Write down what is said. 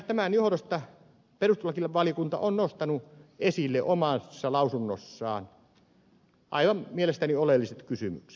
tämän johdosta perustuslakivaliokunta on nostanut esille omassa lausunnossaan mielestäni aivan oleelliset kysymykset